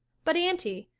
but, aunty,